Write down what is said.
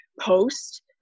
post